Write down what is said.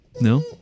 No